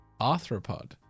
Arthropod